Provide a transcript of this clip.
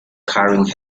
carrying